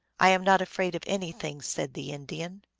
i am not afraid of anything, said the indian.